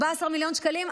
14 מיליון שקלים,